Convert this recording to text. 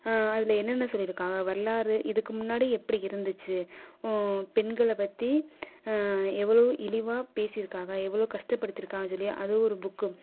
அதில் என்னென்ன சொல்லியிருக்காங்க வரலாறு இதுக்கு முன்னாடி எப்படி இருந்துச்சு பெண்களை பற்றி எவ்வளோ இழிவா பேசியிருக்காங்க எவ்வளோ கஷ்டப்படுத்தியிருக்காங்கன்னு சொல்லி அது ஒரு புக்கு